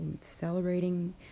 celebrating